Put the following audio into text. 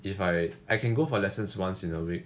if I I can go for lessons once in a week